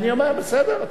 בסדר,